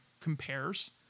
compares